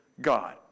God